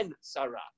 Sarah